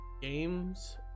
games